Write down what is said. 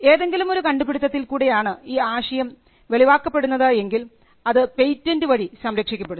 ഏതെങ്കിലുമൊരു കണ്ടുപിടിത്തത്തിൽ കൂടെയാണ് ഒരു ആശയം വെളിവാക്കപ്പെടുന്നത് എങ്കിൽ അത് പെയ്റ്റൻറ് വഴി സംരക്ഷിക്കപ്പെടുന്നു